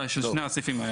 של שני הסעיפים האלה.